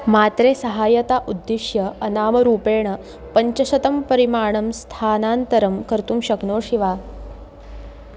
मात्रे सहायताम् उद्दिश्य अनामरूपेण पञ्चशतं परिमाणं स्थानान्तरं कर्तुं शक्नोषि वा